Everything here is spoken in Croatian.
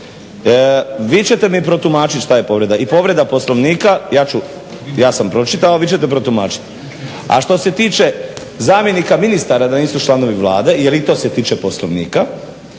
Vi ćete mi protumačiti šta je povreda i povreda Poslovnika ja sam pročitao, vi ćete protumačiti. A što se tiče zamjenika ministara da nisu članovi Vlade jel i to se tiče Poslovnika,